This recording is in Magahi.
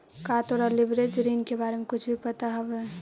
का तोरा लिवरेज ऋण के बारे में कुछो भी पता हवऽ?